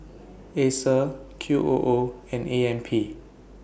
Acer Q O O and A M P